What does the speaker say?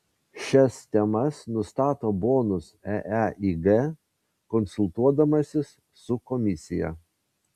šias temas nustato bonus eeig konsultuodamasis su komisija